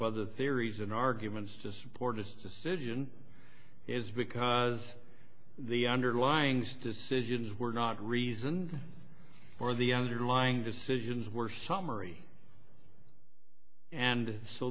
other theories in arguments to support this decision is because the underlying zte decisions were not reason or the underlying decisions were summary and so